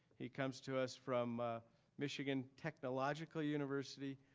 he comes to us from michigan technological university,